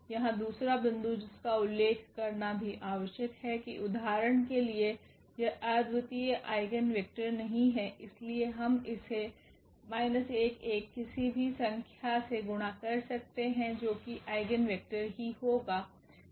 यहां दूसरा बिंदु जिसका उल्लेख करना भी आवश्यक है कि उदाहरण के लिए यह अद्वितीय आइगेन वेक्टर नहीं है इसलिए हम इसे −11𝑇 किसी भी संख्या से गुणा कर सकते हैं जो कि आइगेन वेक्टर ही होगा